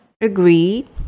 Agreed